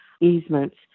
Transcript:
easements